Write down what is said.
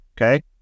Okay